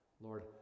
Lord